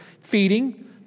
feeding